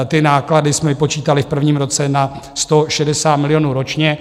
Ty náklady jsme vypočítali v prvním roce na 160 milionů ročně.